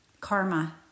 karma